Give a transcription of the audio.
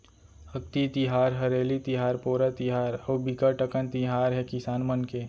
अक्ति तिहार, हरेली तिहार, पोरा तिहार अउ बिकट अकन तिहार हे किसान मन के